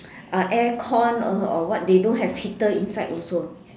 uh aircon or or what they don't have heater inside also